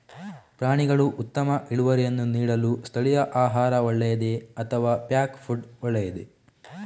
ಪ್ರಾಣಿಗಳು ಉತ್ತಮ ಇಳುವರಿಯನ್ನು ನೀಡಲು ಸ್ಥಳೀಯ ಆಹಾರ ಒಳ್ಳೆಯದೇ ಅಥವಾ ಪ್ಯಾಕ್ ಫುಡ್ ಒಳ್ಳೆಯದೇ?